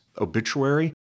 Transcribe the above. obituary